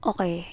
Okay